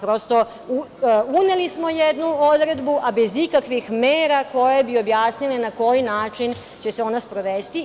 Prosto, uneli smo jednu odredbu a bez ikakvih mera koje bi objasnile na koji način će se ona sprovesti.